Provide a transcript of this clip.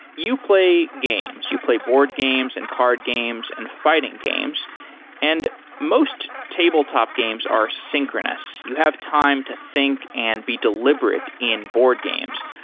you play games. you play board games and card games and fighting games and most tabletop games are synchronous. you have time to think and be deliberate in board games.